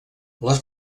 les